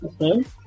okay